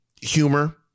humor